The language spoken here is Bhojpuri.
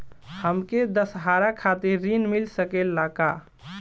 हमके दशहारा खातिर ऋण मिल सकेला का?